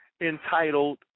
entitled